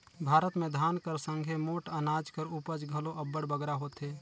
भारत में धान कर संघे मोट अनाज कर उपज घलो अब्बड़ बगरा होथे